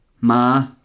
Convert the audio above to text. Ma